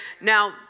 Now